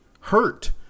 hurt